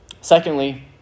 Secondly